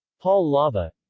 paul lava